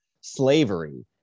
slavery